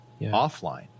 offline